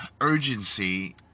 urgency